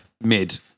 mid-